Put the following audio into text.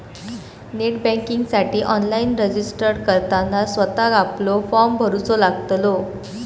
net बँकिंगसाठी online registered करताना स्वतःक आपलो फॉर्म भरूचो लागतलो